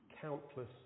Countless